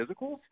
physicals